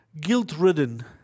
guilt-ridden